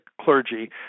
clergy